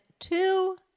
Two